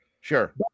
Sure